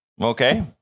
Okay